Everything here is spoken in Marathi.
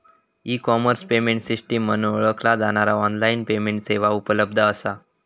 ई कॉमर्स पेमेंट सिस्टम म्हणून ओळखला जाणारा ऑनलाइन पेमेंट सेवा उपलब्ध असा